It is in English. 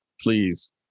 Please